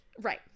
right